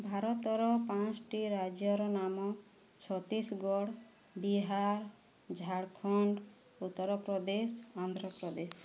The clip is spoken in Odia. ଭାରତର ପାଞ୍ଚ୍ଟି ରାଜ୍ୟର ନାମ ଛତିଶଗଡ଼ ବିହାର ଝାଡ଼ଖଣ୍ଡ ଉତ୍ତରପ୍ରଦେଶ ଆନ୍ଧ୍ରପ୍ରଦେଶ